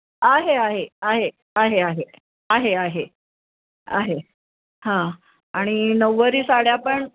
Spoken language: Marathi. आहे आहे आहे आहे आहे आहे आहे आहे हां आणि नऊवारी साड्या पण